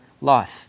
life